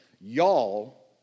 Y'all